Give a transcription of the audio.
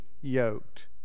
yoked